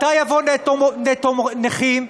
מתי יבוא נטו נכים?